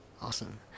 Awesome